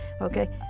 okay